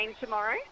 tomorrow